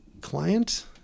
client